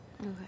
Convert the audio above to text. Okay